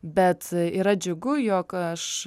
bet yra džiugu jog aš